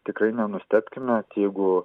tikrai nenustebkime net jeigu